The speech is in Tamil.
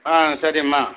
ஆ சரிம்மா